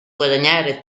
guadagnare